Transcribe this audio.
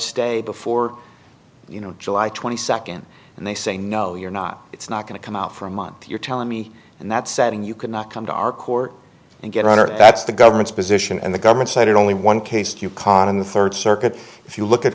stay before you know july twenty second and they say no you're not it's not going to come out for a month you're telling me in that setting you could not come to our court and get on or that's the government's position and the government said it only one case to caught in the third circuit if you look at